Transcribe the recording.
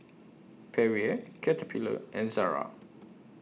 Perrier Caterpillar and Zara